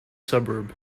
suburb